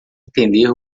entender